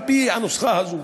על-פי הנוסחה הזו,